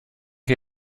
chi